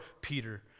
Peter